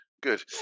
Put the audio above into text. good